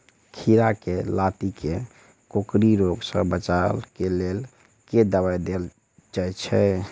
खीरा केँ लाती केँ कोकरी रोग सऽ बचाब केँ लेल केँ दवाई देल जाय छैय?